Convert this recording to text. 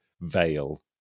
veil